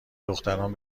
دختران